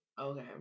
okay